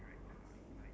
ya